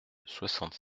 soixante